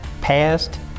past